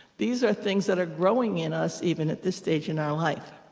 these are things that are growing in us, even at this stage in our life.